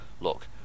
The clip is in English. look